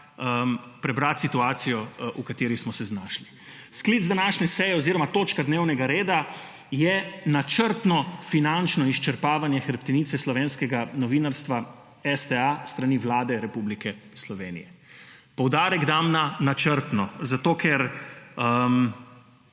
prebrati situacijo v kateri smo se znašli. Sklic današnje seje oziroma točka dnevnega reda je načrtno finančno izčrpavanje hrbtenice slovenskega novinarstva STA s strani Vlade Republike Slovenije. Poudarek dam na načrtno, zato ker